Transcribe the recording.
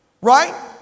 Right